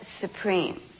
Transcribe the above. supreme